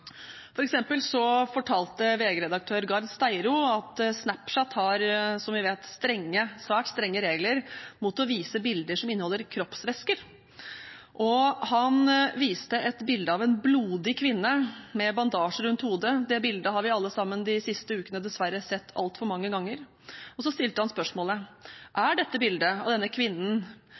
fortalte VG-redaktør Gard Steiro at Snapchat har, som vi vet, svært strenge regler mot å vise bilder som inneholder kroppsvæsker. Han viste et bilde av en blodig kvinne med bandasje rundt hodet – det bildet har vi alle sammen de siste ukene dessverre sett altfor mange ganger. Så stilte han spørsmålet: Er dette bildet og denne kvinnen